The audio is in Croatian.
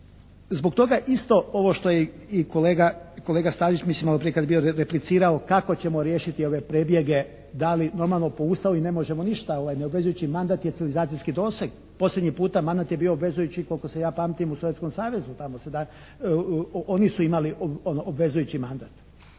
zbog toga isto ovo što je i kolega Stazić kad je bio replicirao kako ćemo riješiti ove prebjege da li normalno po Ustavu i ne možemo ništa, obvezujući mandat je civilizacijski doseg. Posljednji puta mandat je obvezujući koliko se ja pamtim u Sovjetskom savezu tamo. Oni su imali obvezujući mandat.